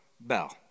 Bell